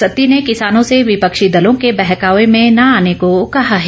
सत्ती ने किसानों से विपक्षी दलों के बहकावे में न आने को कहा है